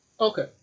Okay